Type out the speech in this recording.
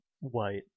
white